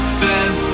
says